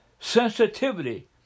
Sensitivity